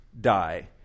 die